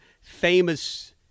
famous